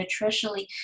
nutritionally